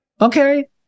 Okay